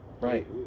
right